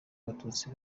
abatutsi